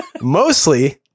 Mostly